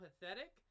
pathetic